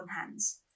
hands